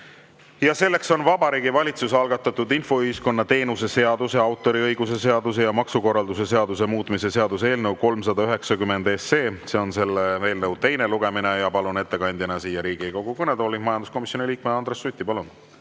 juurde: Vabariigi Valitsuse algatatud infoühiskonna teenuse seaduse, autoriõiguse seaduse ja maksukorralduse seaduse muutmise seaduse eelnõu 390. See on selle eelnõu teine lugemine. Palun ettekandjana siia Riigikogu kõnetooli majanduskomisjoni liikme Andres Suti. Palun!